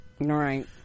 Right